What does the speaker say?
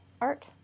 art